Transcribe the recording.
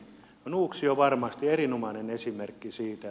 nuuksio on varmasti erinomainen esimerkki siitä